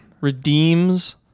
Redeems